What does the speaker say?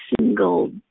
single